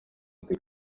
ati